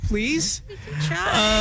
Please